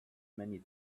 many